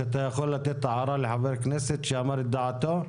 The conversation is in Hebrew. שאתה יכול לתת הערה לחבר כנסת שאמר את דעתו?